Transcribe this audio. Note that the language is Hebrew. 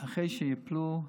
אחרי שייפלו,